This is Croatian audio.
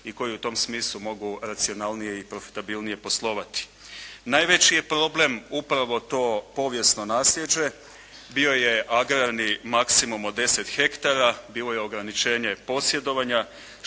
i koji u tom smislu mogu racionalnije i profitabilnije poslovati. Najveći je problem upravo to povijesno naslijeđe. Bio je agrarni maksimum od 10 ha. Bilo je ograničenje posjedovanja